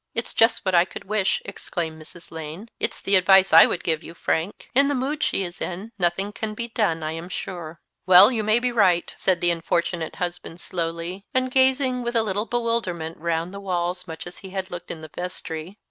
it's just what i could wish, exclaimed mrs. lane it's the advice i would give you, frank. in the mood she is in nothing can be done, i am sure. well, you may be right, said the unfortunate husband, slowly, and gazing with a little bewilderment round the walls much as he had looked in the vestry.